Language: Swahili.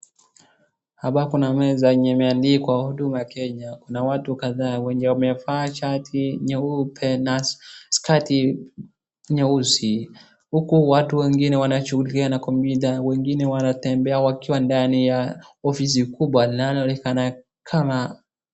Hapa kuna meza yenye imeandikwa Huduma Kenya kuna watu kadhaa wenye wamevaa shati nyeupe na skati nyeusi. Huku watu wengine wanashughulikia na kompyuta, wengine wanatembea wakiwa ndani ya ofisi kubwa linaloonekana kama.